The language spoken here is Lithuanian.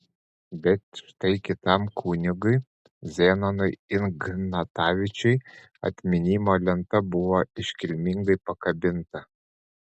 bet štai kitam kunigui zenonui ignatavičiui atminimo lenta buvo iškilmingai pakabinta